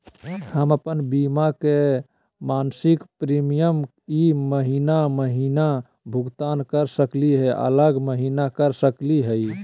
हम अप्पन बीमा के मासिक प्रीमियम ई महीना महिना भुगतान कर सकली हे, अगला महीना कर सकली हई?